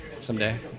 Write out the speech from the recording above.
someday